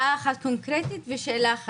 בשנה מסוימת היה תקציב כזה ובשנה הבאה הוא יהיה אחר,